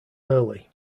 early